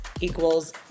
equals